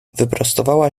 wyprostowała